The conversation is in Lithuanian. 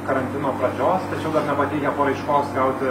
karantino pradžios tačiau dar nepateikė paraiškos gauti